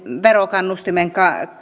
verokannustimen